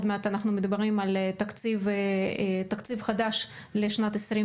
עוד מעט אנחנו מדברים על תקציב חדש לשנת 2023